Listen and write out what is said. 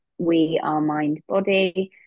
wearemindbody